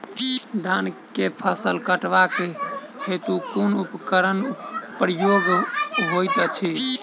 धान केँ फसल कटवा केँ हेतु कुन उपकरणक प्रयोग होइत अछि?